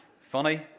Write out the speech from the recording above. Funny